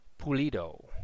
Pulido